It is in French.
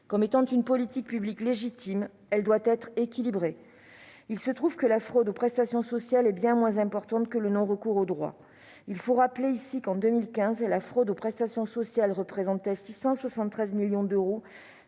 est une politique publique légitime, celle-ci doit être équilibrée. Il se trouve que la fraude aux prestations sociales est bien moins importante que le non-recours aux droits. Il faut rappeler ici que, en 2015, la fraude aux prestations sociales représentait 673 millions d'euros,